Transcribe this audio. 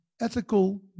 ethical